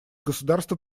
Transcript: государства